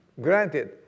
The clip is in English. granted